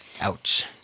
Ouch